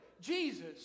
Jesus